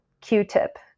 Q-tip